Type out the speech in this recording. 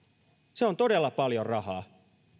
se on todella paljon rahaa